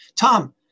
Tom